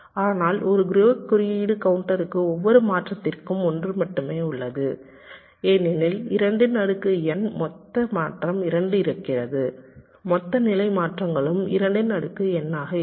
ஆனால் ஒரு க்ரே குறியீடு கவுண்டருக்கு ஒவ்வொரு மாற்றத்திற்கும் ஒன்று மட்டுமே உள்ளது ஏனெனில் 2 ன் அடுக்கு n மொத்த மாற்றம் 2 இருக்கிறது மொத்த நிலை மாற்றங்களும் 2 ன் அடுக்கு n ஆக இருக்கும்